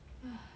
!hais!